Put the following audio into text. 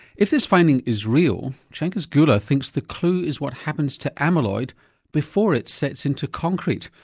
if this finding is real, changiz geula thinks the clue is what happens to amyloid before it sets into concrete,